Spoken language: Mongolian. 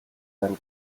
байна